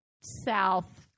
south